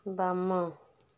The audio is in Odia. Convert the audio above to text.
ବାମ